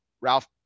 Ralph